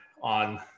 on